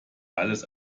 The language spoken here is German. alles